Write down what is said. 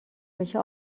بشه